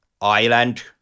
island